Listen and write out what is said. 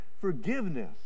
forgiveness